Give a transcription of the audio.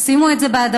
אז שימו את זה באדמה,